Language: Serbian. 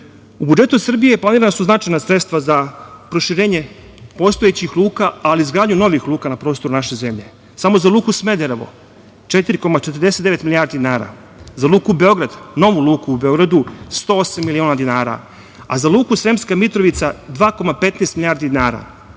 budžetu Srbije planirana su značajna sredstva za proširenje postojećih luka, ali i izgradnju novih luka na prostoru naše zemlje. Samo za Luku Smederevo 4,49 milijardi dinara, za Luku Beograd, novu Luku u Beogradu 108 miliona dinara, a za Luku Sremska Mitrovica 2,15 milijardi dinara,